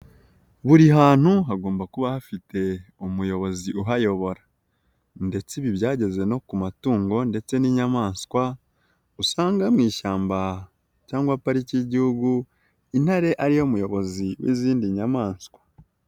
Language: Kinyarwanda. Buri hantu hagomba kuba hafite umuyobozi uhayobora, ndetse ibi byageze no ku matungo ndetse n'inyamaswa, usanga mu ishyamba, cyangwa pariki y'igihugu, intare ari yo muyobozi w'izindi nyamaswa.